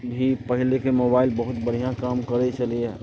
भी पहिलके मोबाइल बहुत बढ़िआँ काम करैत छलैया